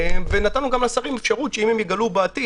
ונתנו לשרים גם אפשרות אם הם יגלו בעתיד